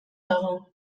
dago